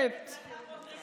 והמתקדמת, והפרוגרסיבית.